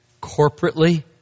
corporately